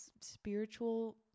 spiritual